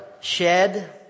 shed